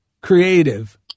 creative